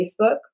Facebook